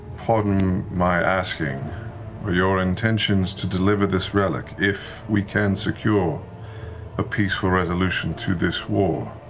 pardon my asking, are your intentions to deliver this relic, if we can secure a peaceful resolution to this war?